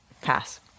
Pass